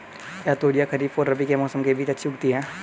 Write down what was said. क्या तोरियां खरीफ और रबी के मौसम के बीच में अच्छी उगती हैं?